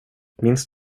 minns